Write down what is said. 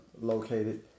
located